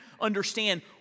understand